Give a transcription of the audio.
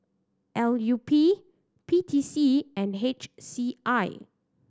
L U P P T C and H C I